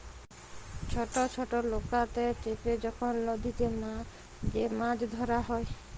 ছট ছট লকাতে চেপে যখল লদীতে যে মাছ ধ্যরা হ্যয়